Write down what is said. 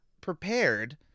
prepared